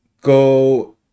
go